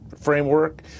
Framework